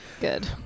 Good